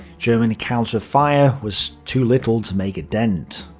german counter-fire was too little to make a dent.